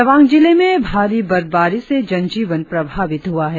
तवांग जिले में भारी बर्फबारी से जन जीवन प्रभावित हुआ है